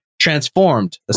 transformed